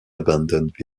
abandoned